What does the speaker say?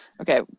Okay